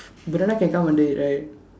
banana can come under it right